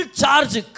charge